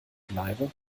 bleibe